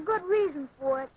a good reason for it